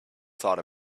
thought